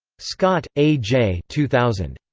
scott, a. j. two thousand.